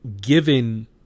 given